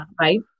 Right